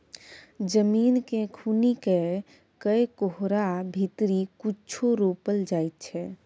जमीन केँ खुनि कए कय ओकरा भीतरी कुछो रोपल जाइ छै